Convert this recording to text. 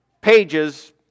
pages